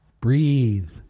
Breathe